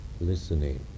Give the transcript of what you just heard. listening